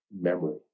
memory